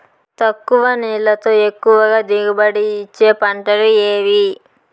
తక్కువ నీళ్లతో ఎక్కువగా దిగుబడి ఇచ్చే పంటలు ఏవి?